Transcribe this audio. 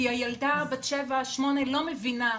כי ילדה בת 7,8 היא לא מבינה,